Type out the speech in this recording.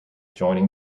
joining